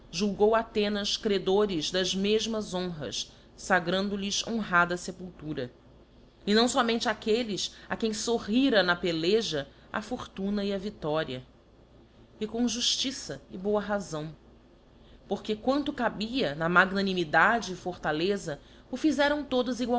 julgou athenas credores das mefmas honras fa grando lhes honrada fepultura e não fomente áquelles a quem forrira na peleja a fortuna é a viftoria e com juftiça e boa razão porque quanto cabia na magnanimidade e fortaleza o fizeram todos